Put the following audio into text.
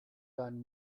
deinen